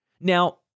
Now